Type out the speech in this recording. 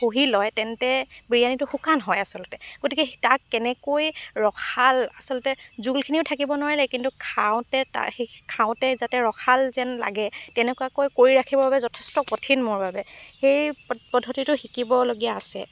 শুহি লয় তেন্তে বিৰিয়ানীটো শুকান হয় আচলতে গতিকে তাক কেনেকৈ ৰসাল আচলতে জোলখিনিও থাকিব নোৱাৰিলে কিন্তু খাওঁতে তা সেই খাওঁতে যাতে ৰসাল যেন লাগে তেনেকুৱাকৈ কৰি ৰাখিবৰ বাবে যথেষ্ট কঠিন মোৰ বাবে সেই পদ পদ্ধতিটো শিকিবলগীয়া আছে